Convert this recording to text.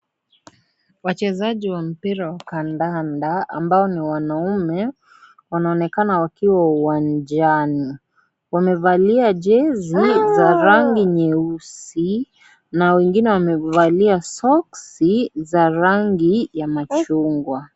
Wachezaji wa mpira wa kandanda ambao ni wanaume wanaonekana wakiwa uwanjani . Wamevalia jezi za rangi nyeusi na wengine wamevalia soksi za rangi ya machungwa.